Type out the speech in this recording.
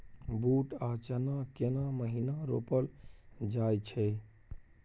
बूट आ चना केना महिना रोपल जाय छै?